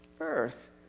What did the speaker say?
earth